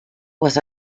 was